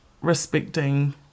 respecting